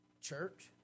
church